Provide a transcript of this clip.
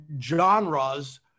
genres